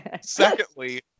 Secondly